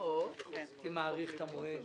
הייתי מאריך את המועד.